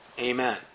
Amen